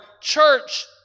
church